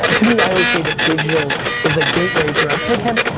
to me, i always say the digital is a gateway drug. hey, kim.